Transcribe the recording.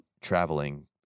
traveling